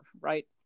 right